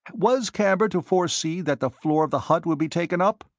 was camber to foresee that the floor of the hut would be taken up?